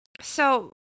So-